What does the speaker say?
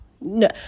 No